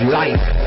life